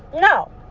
No